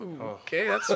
okay